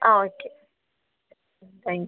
ആ okay thank you